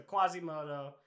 Quasimodo